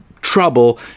trouble